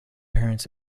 parents